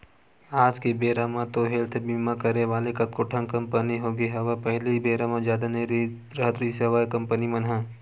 आज के बेरा म तो हेल्थ बीमा करे वाले कतको ठन कंपनी होगे हवय पहिली बेरा म जादा नई राहत रिहिस हवय कंपनी मन ह